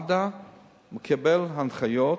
מד"א מקבל הנחיות,